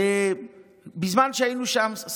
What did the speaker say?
בזמן שהיינו שם,